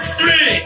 three